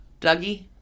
Dougie